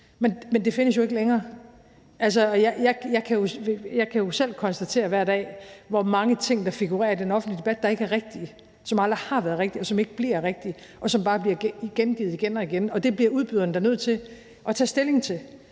Men det findes jo ikke længere. Altså, jeg kan jo selv konstatere hver dag, hvor mange af de ting, der figurerer i den offentlige debat, der ikke er rigtige, og som aldrig har været rigtige, og som ikke bliver rigtige, men som bare bliver gengivet igen og igen. Og det bliver udbyderne da nødt til at tage stilling til.